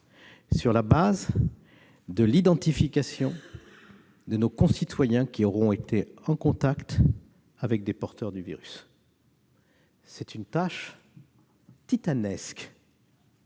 sur la base de l'identification de nos concitoyens qui auront été en contact avec des porteurs du virus. La tâche est titanesque.